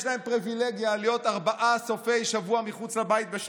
יש להם פריבילגיה להיות ארבעה סופי שבוע בשנה מחוץ לבית,